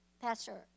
Pastor